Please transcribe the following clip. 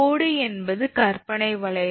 கோடு என்பது கற்பனை வளைவு